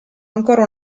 ancora